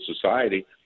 society